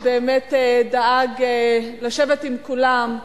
שבאמת דאג לשבת עם כולם,